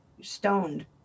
stoned